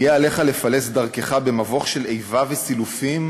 יהיה עליך לפלס דרכך במבוך של איבה וסילופים,